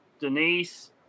Denise